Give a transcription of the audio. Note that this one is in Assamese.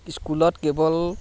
স্কুলত কেৱল